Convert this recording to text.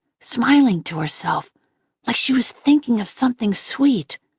smiling to herself like she was thinking of something sweet.